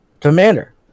Commander